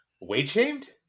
weight-shamed